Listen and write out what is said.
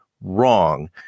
wrong